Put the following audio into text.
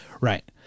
Right